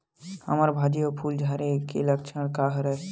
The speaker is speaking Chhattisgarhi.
हमर भाजी म फूल झारे के लक्षण का हरय?